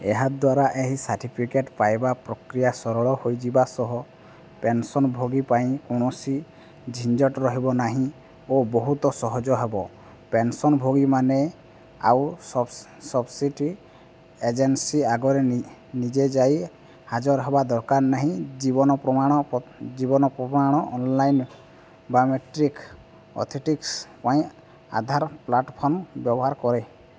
ଏହା ଦ୍ୱାରା ଏହି ସାର୍ଟିଫିକେଟ୍ ପାଇବା ପ୍ରକ୍ରିୟା ସରଳ ହୋଇଯିବା ସହ ପେନ୍ସନ୍ ଭୋଗୀ ପାଇଁ କୌଣସି ଝିଞ୍ଜଝଟ ରହିବ ନାହିଁ ଓ ବହୁତ ସହଜ ହେବ ପେନ୍ସନ୍ ଭୋଗୀମାନେ ଆଉ ସବ୍ ସବ୍ସିଟି ଏଜେନ୍ସି ଆଗରେ ନି ନିଜେ ଯାଇ ହାଜର ହେବା ଦରକାର ନାହିଁ ଜୀବନ ପ୍ରମାଣ ପତ୍ ଜୀବନ ପ୍ରମାଣ ଅନ୍ଲାଇନ୍ ବାୟୋମେଟ୍ରିକ୍ ଅଥେଟିକସ୍ ପାଇଁ ଆଧାର ପ୍ଲାଟ୍ଫର୍ମ୍ ବ୍ୟବହାର କରେ